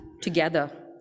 together